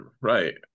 Right